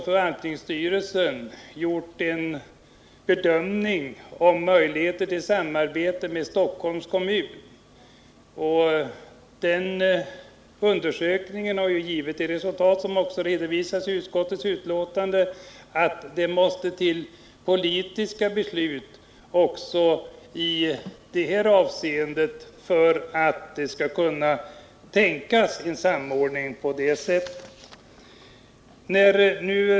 Förvaltningsstyrelsen har också gjort en bedömning av möjligheterna till samarbete med Stockholms kommun, och den undersökningen har givit det resultatet, som också redovisas i utskottets betänkande, att det krävs politiska beslut för att kunna åstadkomma en eventuell sådan samordning.